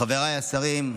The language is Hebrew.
חבריי השרים,